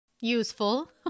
Useful